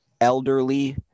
elderly